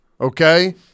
okay